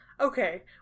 Okay